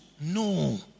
No